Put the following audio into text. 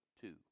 Two